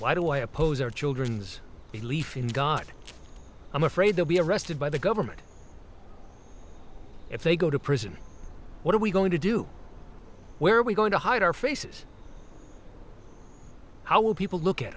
why do i oppose our children's belief in god i'm afraid they'll be arrested by the government if they go to prison what are we going to do where are we going to hide our faces our people look at